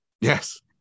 Yes